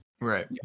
Right